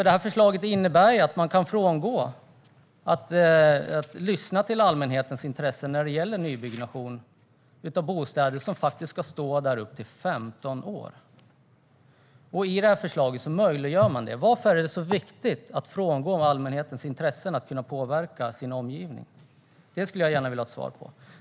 Detta förslag innebär nämligen att man kan frångå att lyssna på allmänhetens intressen när det gäller nybyggnation av bostäder som faktiskt ska stå där i upp till 15 år. Detta förslag möjliggör detta. Varför är det så viktigt att frångå allmänhetens intressen att kunna påverka sin omgivning? Det skulle jag gärna vilja ha ett svar på.